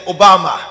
Obama